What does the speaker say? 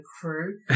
crew